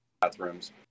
bathrooms